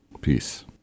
Peace